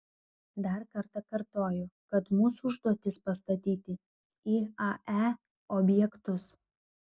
dar kartą kartoju kad mūsų užduotis pastatyti iae objektus